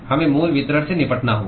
हमें मूल वितरण से निपटना होगा